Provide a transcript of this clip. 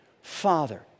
Father